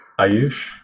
Ayush